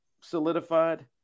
solidified